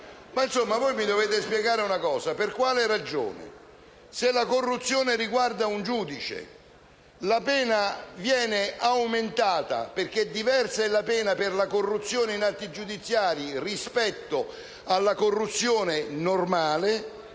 Insomma, mi dovete spiegare una cosa: per quale ragione, se la corruzione riguarda un giudice, la pena viene aumentata, perché diversa è la pena per la corruzione in atti giudiziari rispetto alla corruzione normale,